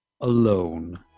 Alone